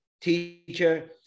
teacher